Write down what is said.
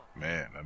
Man